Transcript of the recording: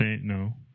no